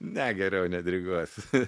ne geriau nediriguosiu